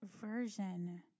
Version